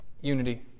Unity